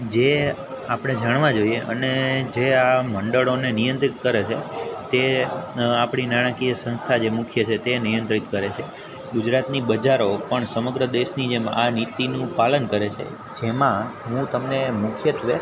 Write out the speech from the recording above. જે આપણે જાણવા જોઈએ અને જે આ મંડળોને નિયંત્રિત કરે છે તે આપણી નાણાંકીય સંસ્થા જે મુખ્ય છે તે નિયંત્રિત કરે છે ગુજરાતની બજારો પણ સમગ્ર દેશની જેમ આ નીતિનું પાલન કરે છે જેમાં હું તમને મુખ્યત્વે